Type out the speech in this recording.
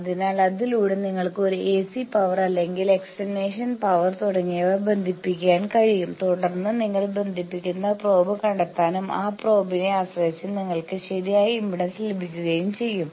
അതിനാൽ അതിലൂടെ നിങ്ങൾക്ക് ഒരു എസി പവർ അല്ലെങ്കിൽ എക്സ്റ്റേണൽ പവർ തുടങ്ങിയവ ബന്ധിപ്പിക്കാൻ കഴിയും തുടർന്ന് നിങ്ങൾ ബന്ധിപ്പിക്കുന്ന പ്രോബ് കണ്ടെത്താനും ആ പ്രോബ്നെ ആശ്രയിച്ച് നിങ്ങൾക്ക് ശരിയായ ഇംപെഡൻസ് ലഭിക്കുകയും ചെയ്യും